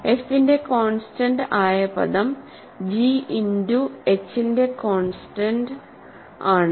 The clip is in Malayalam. f ന്റെ കോൺസ്റ്റന്റ് ആയ പദം g ഇന്റു hന്റെ കോൺസ്റ്റന്റ് ആണ്